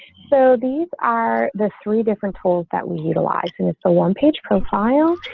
so these are the three different tools that we utilize and it's a one page profile,